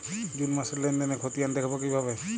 June মাসের লেনদেনের খতিয়ান দেখবো কিভাবে?